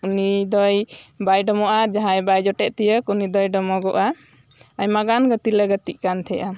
ᱩᱱᱤ ᱫᱚᱭ ᱵᱟᱭ ᱰᱚᱢᱚᱜᱼᱟ ᱟᱨ ᱡᱟᱦᱟᱸᱭ ᱵᱟᱭ ᱡᱚᱴᱮ ᱛᱤᱭᱳᱜ ᱩᱱᱤ ᱫᱚᱭ ᱰᱚᱢᱚᱜᱚᱜᱼᱟ ᱟᱭᱢᱟ ᱜᱟᱱ ᱜᱟᱛᱮ ᱞᱮ ᱜᱟᱛᱮᱜ ᱠᱟᱱ ᱛᱟᱦᱮᱸᱜᱼᱟ